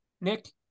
Nick